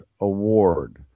award